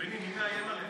בני, מי מאיים עליך?